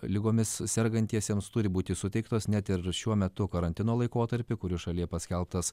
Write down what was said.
ligomis sergantiesiems turi būti suteiktos net ir šiuo metu karantino laikotarpiu kurių šalyje paskelbtas